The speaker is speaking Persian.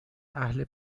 اهل